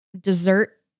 dessert